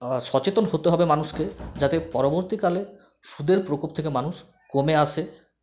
সচেতন হতে হবে মানুষকে যাতে পরবর্তীকালে সুদের প্রকোপ থেকে মানুষ কমে আসে